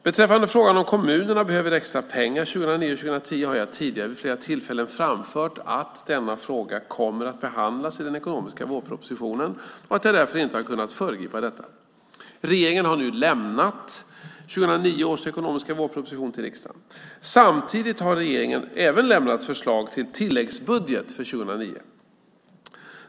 Beträffande frågan om kommunerna behöver extra pengar 2009 och 2010 har jag tidigare vid flera tillfällen framfört att denna fråga kommer att behandlas i den ekonomiska vårpropositionen och att jag därför inte har kunnat föregripa detta. Regeringen har nu lämnat 2009 års ekonomiska vårproposition till riksdagen. Samtidigt har regeringen även lämnat förslag till tilläggsbudget för 2009.